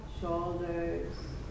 shoulders